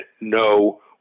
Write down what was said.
no